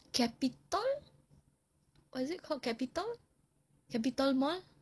capital was it called capital